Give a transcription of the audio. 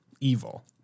Evil